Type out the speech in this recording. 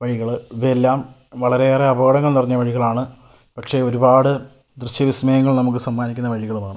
വഴികള് ഇവയെല്ലാം വളരെയേറെ അപകടങ്ങൾ നിറഞ്ഞ വഴികളാണ് പക്ഷെ ഒരുപാട് ദൃശ്യ വിസ്മയങ്ങൾ നമുക്ക് സമ്മാനിക്കുന്ന വഴികളുമാണ്